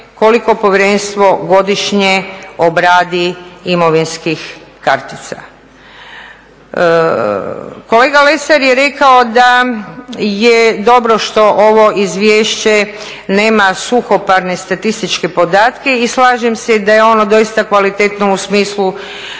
koliko povjerenstvo godišnje obradi imovinskih kartica. Kolega Lesar je rekao da je dobro što ovo izvješće nema suhoparne statističke podatke i slažem se da je ono doista kvalitetno u smislu